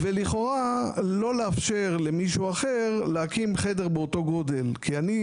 ולכאורה לא לאפשר למישהו אחר להקים חדר באותו גודל כי אני,